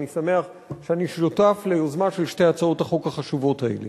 ואני שמח שאני שותף ליוזמה של שתי הצעות החוק החשובות האלה.